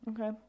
Okay